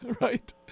Right